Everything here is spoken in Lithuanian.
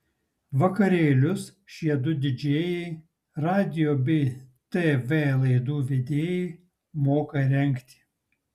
vakarėlius šie du didžėjai radijo bei tv laidų vedėjai moka rengti